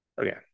Okay